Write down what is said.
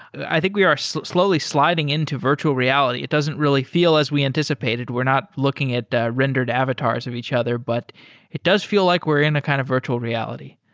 i think we are slowly sliding into virtual reality. it doesn't really feel as we anticipated. we're not looking at rendered avatars of each other, but it does feel like we're in a kind of virtual reality.